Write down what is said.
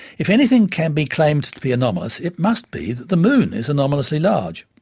if anything can be claimed to be anomalous it must be that the moon is anomalously large.